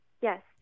Yes